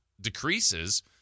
decreases